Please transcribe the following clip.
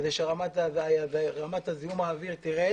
כדי שרמת זיהום האוויר תרד